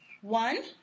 one